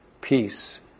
peace